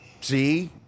See